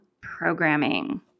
programming